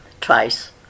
twice